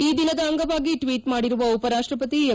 ಈ ದಿನದ ಅಂಗವಾಗಿ ಟ್ಲೀಟ್ ಮಾಡಿರುವ ಉಪರಾಷ್ಲಪತಿ ಎಂ